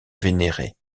vénéré